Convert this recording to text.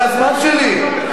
זה הזמן שלי.